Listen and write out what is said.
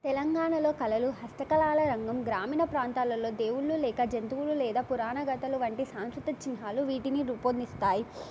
తెలంగాణలో కళలు హస్తకళల రంగం గ్రామీణ ప్రాంతాలలో దేవుళ్ళు లేక జంతువులు లేదా పురాణగాధలు వంటి సాంస్కృతి చిహాలు వీటిని రూపొందిస్తాయి